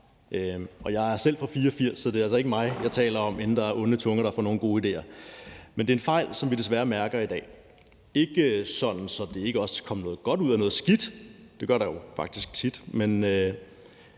Jeg er selv fra 1984, så det er altså ikke mig, jeg taler om, inden der er onde tunger, der får gode idéer. Men det er en fejl, som vi desværre mærker i dag. Det er ikke sådan, at der ikke også er kommet noget godt ud af noget skidt, for det gør der jo faktisk tit,